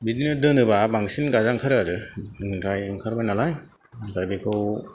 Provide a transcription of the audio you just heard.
बिदिनो दोनोबा बांसिन गाजा ओंखारो आरो बिनिफ्राय ओंखारबाय नालाय ओमफ्राय बेखौ